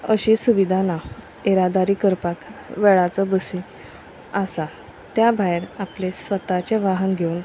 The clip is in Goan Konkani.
अशी सुविधा ना येरादारी करपाक वेळाचो बसी आसा त्या भायर आपले स्वताचे वाहन घेवन